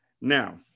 now